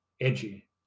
edgy